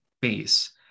base